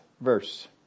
verse